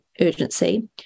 urgency